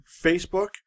Facebook